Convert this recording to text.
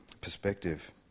perspective